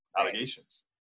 allegations